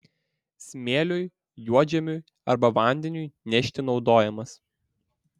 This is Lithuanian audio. smėliui juodžemiui arba vandeniui nešti naudojamas